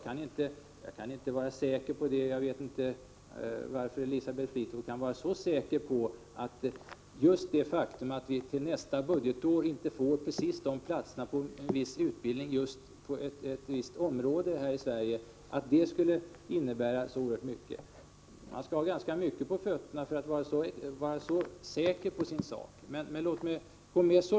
Men jag förstår inte hur Elisabeth Fleetwood kan vara så säker på att just det faktum att vi till nästa budgetår inte får precis ett visst antal platser på en viss utbildning på ett visst område i Sverige skulle få sådana följder. Man skall ha mycket på fötterna för att vara så säker på sin sak.